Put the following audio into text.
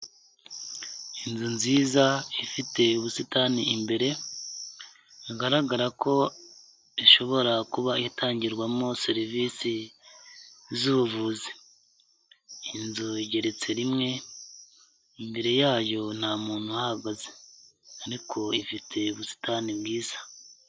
Inzu nziza ifite ubusitani imbere hagaragara ko ishobora kuba itangirwamo serivisi z'ubuvuzi, inzu igeretse rimwe imbere yayo nta muntu uhahagaze ariko ifite ubusitani bwiza.